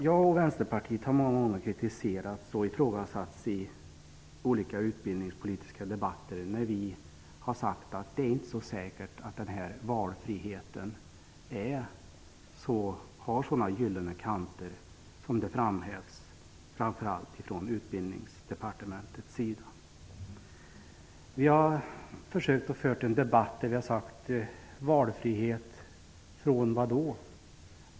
Jag och Vänsterpartiet har många gånger kritiserats och ifrågasatts i olika utbildningspolitiska debatter när vi har sagt att det inte är säkert att valfriheten har så gyllene kanter som framhävs, framför allt från Utbildningsdepartementets sida. Vi har i debatten sagt: Valfrihet från vad?